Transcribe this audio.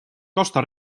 costa